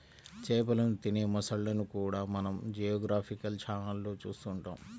చేపలను తినే మొసళ్ళను కూడా మనం జియోగ్రాఫికల్ ఛానళ్లలో చూస్తూ ఉంటాం